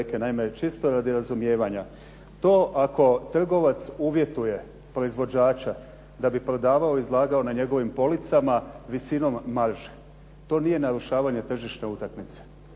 naime čisto radi razumijevanja. To ako trgovac uvjetuje proizvođača da bi prodavao i izlagao na njegovim policama visinom marže, to nije narušavanje tržišne utakmice.